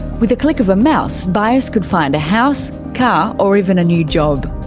with the click of a mouse, buyers could find a house, car or even a new job.